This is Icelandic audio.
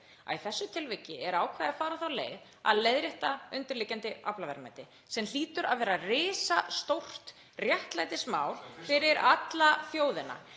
að í þessu tilviki er ákveðið að fara þá leið að leiðrétta undirliggjandi aflaverðmæti sem hlýtur að vera risastórt réttlætismál fyrir alla þjóðina.